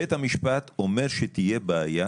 בית המשפט אומר שתהיה בעיה.